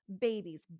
babies